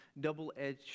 double-edged